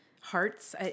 hearts